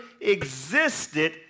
existed